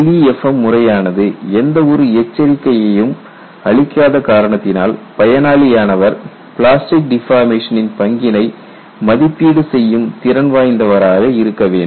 LEFM முறையானது எந்த ஒரு எச்சரிக்கையையும் அளிக்காத காரணத்தினால் பயனாளியானவர் பிளாஸ்டிக் டிபார்மேஷனின் பங்கினை மதிப்பீடு செய்யும் திறன் வாய்ந்தவராக இருக்க வேண்டும்